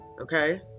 Okay